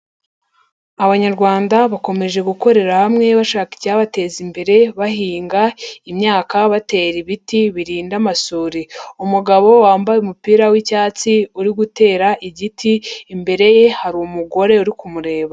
Abanyarwanda bakomeje gukorera hamwe bashaka icyabateza imbere, bahinga imyaka batera ibiti birinda amasuri. Umugabo wambaye umupira w'icyatsi uri gutera igiti, imbere ye hari umugore uri kumureba.